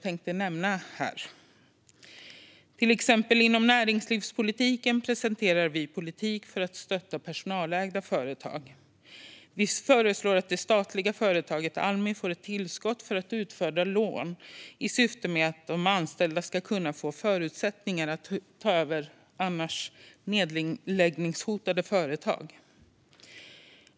Till exempel presenterar vi inom näringslivspolitiken politik för att stötta personalägda företag. Vi föreslår att det statliga företaget Almi får ett tillskott för att utfärda lån med syftet att de anställda ska kunna få förutsättningar att ta över annars nedläggningshotade företag.